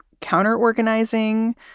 counter-organizing